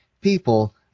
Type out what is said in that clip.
people